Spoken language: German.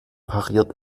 pariert